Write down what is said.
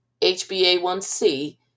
HbA1c